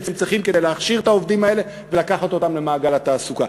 צריכות כדי להכשיר את העובדים האלה ולקחת אותם למעגל התעסוקה.